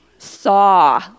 saw